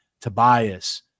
Tobias